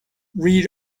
read